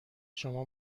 شما